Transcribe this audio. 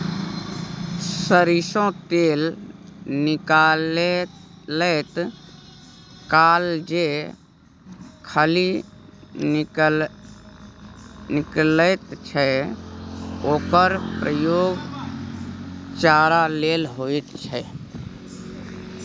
सरिसों तेल निकालैत काल जे खली निकलैत छै ओकर प्रयोग चारा लेल होइत छै